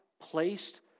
placed